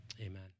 amen